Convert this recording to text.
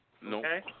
No